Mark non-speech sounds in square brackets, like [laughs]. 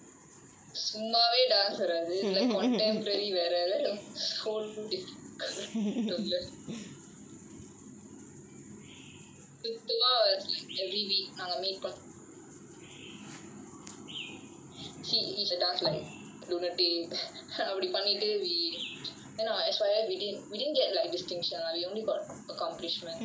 சும்மாவே:summaavae dance வராது இதுல:varaathu ithula like contempory was so difficult to learn சுத்தமா வரல:suthamaa varala but we keep trying lah then it was very fun the dance was like super fun because like everyweek நாங்க:naanga meet பண்ணுவோம்:pannuvom then we chit chat then we dance see each other dance like lunatic [laughs] அப்டி பண்ணிட்டு:apdi pannittu then our S_Y_F we didn't we didn't get like distinction lah we only got accomplishment